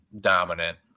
dominant